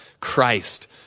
Christ